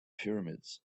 pyramids